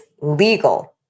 legal